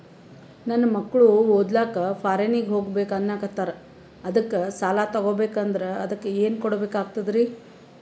ನನ್ನ ಮಕ್ಕಳು ಓದ್ಲಕ್ಕ ಫಾರಿನ್ನಿಗೆ ಹೋಗ್ಬಕ ಅನ್ನಕತ್ತರ, ಅದಕ್ಕ ಸಾಲ ತೊಗೊಬಕಂದ್ರ ಅದಕ್ಕ ಏನ್ ಕೊಡಬೇಕಾಗ್ತದ್ರಿ?